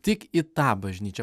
tik į tą bažnyčią